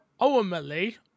ultimately